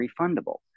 refundable